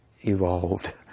evolved